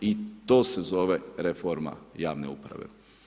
I to se zove reforma javne uprave.